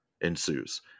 ensues